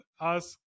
ask